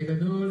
בגדול,